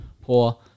poor